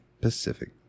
Pacific